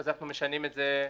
אנחנו משנים את זה ספציפית,